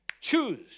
choose